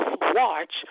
watch